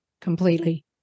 completely